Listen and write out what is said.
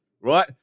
right